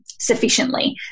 sufficiently